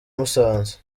musanze